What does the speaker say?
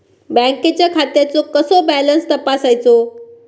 बँकेच्या खात्याचो कसो बॅलन्स तपासायचो?